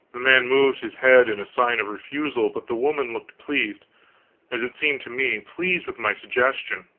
the man moved his head in sign of refusal. but the woman looked pleased as it seemed to me pleased with my suggestion.